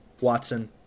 Watson